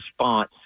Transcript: response